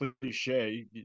cliche